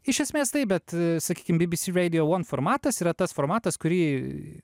iš esmės taip bet sakykime bbc radio one formatas yra tas formatas kurį